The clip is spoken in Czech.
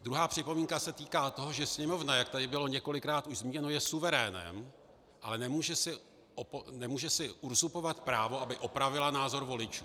Druhá připomínka se týká toho, že Sněmovna, jak tady bylo několikrát už zmíněno, je suverénem, ale nemůže si uzurpovat právo, aby opravila názor voličů.